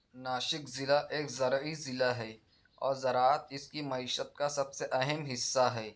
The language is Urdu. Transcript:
ناشک ضلع ایک زرعی ضلع ہے اور زراعت اِس کی معیشت کا سب سے اہم حصّہ ہے